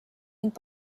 ning